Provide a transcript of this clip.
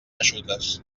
eixutes